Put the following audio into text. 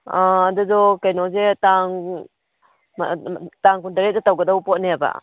ꯑꯗꯨꯗꯣ ꯀꯩꯅꯣꯁꯦ ꯇꯥꯡ ꯇꯥꯡ ꯀꯨꯟꯇꯔꯦꯠꯇ ꯇꯧꯒꯗꯧꯕ ꯄꯣꯠꯅꯦꯕ